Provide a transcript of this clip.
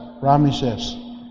promises